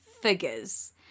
figures